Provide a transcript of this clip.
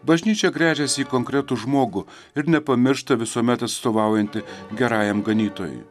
bažnyčia gręžiasi į konkretų žmogų ir nepamiršta visuomet atstovaujanti gerajam ganytojui